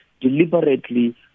deliberately